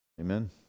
Amen